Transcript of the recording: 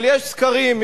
אבל יש סקרים,